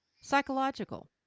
Psychological